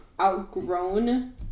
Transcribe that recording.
outgrown